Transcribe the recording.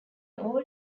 older